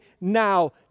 now